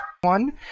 One